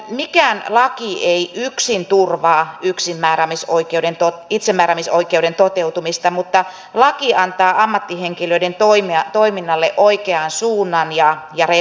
mikään laki ei yksin turvaa itsemääräämisoikeuden toteutumista mutta laki antaa ammattihenkilöiden toiminnalle oikean suunnan ja reunaehdot